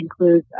includes